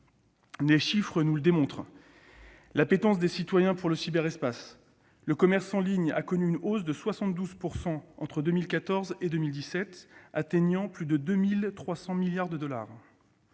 Les chiffres nous démontrent l'appétence des citoyens pour le cyberespace : le commerce en ligne a connu une hausse de 72 % entre 2014 et 2017, atteignant plus 2 300 milliards de dollars.